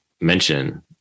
mention